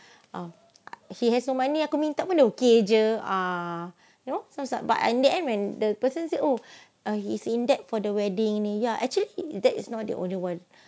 um he has so many money aku minta pun okay jer ah you know sounds like but I the end when the person say oh uh he's in debt for the wedding ini ya actually that is not the only one